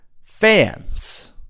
fans